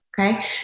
okay